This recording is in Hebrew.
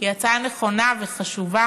אומנם התקבלה החלטה באיחור,